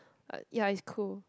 but ya it's cool